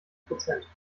prozent